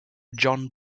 john